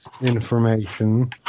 information